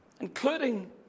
including